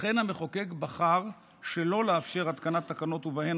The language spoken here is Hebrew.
לכן המחוקק בחר שלא לאפשר התקנת תקנות שבהן